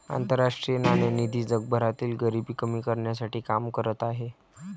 आंतरराष्ट्रीय नाणेनिधी जगभरातील गरिबी कमी करण्यासाठी काम करत आहे